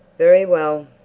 very well.